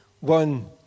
One